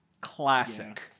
classic